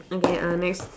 okay uh next